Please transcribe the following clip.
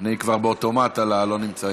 אני כבר באוטומט על הלא-נמצאים.